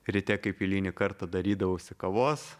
ryte kaip eilinį kartą darydavausi kavos